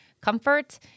comfort